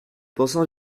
pensant